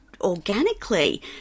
organically